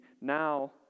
now